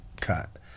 cut